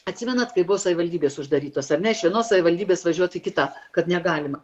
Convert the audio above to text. atsimenat kai buvo savivaldybės uždarytos ar ne iš vienos savivaldybės važiuot į kitą kad negalima